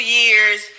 years